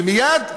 ומייד אתה,